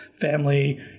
family